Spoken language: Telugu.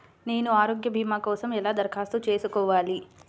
నేను ఆరోగ్య భీమా కోసం ఎలా దరఖాస్తు చేసుకోవాలి?